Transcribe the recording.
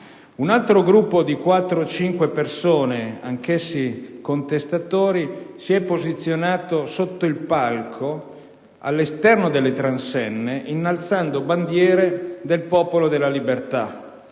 Un altro gruppo di quattro o cinque persone, anch'esse contestatori, si è posizionato sotto il palco all'esterno delle transenne, innalzando bandiere del Popolo della Libertà: